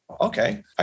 okay